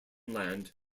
land